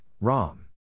Rom